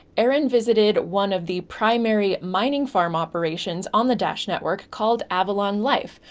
aaron visited one of the primary mining farm operations on the dash network called avalon life,